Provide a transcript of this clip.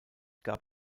gab